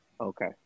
Okay